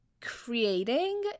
creating